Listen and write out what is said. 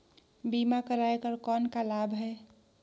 बीमा कराय कर कौन का लाभ है?